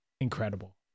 incredible